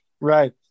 Right